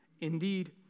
Indeed